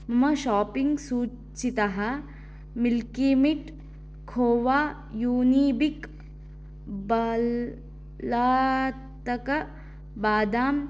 मम शापिङ्ग् सूचीतः milky mist खोवा यूनिबिक् बल्लातक बादाम्